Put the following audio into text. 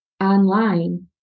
online